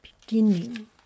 beginning